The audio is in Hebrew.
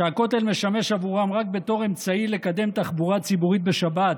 שהכותל משמש עבורה רק בתור אמצעי לקדם תחבורה ציבורית בשבת